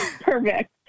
Perfect